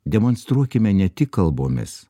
demonstruokime ne tik kalbomis